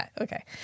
Okay